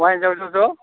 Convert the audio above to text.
हौवा हिन्जाव ज ज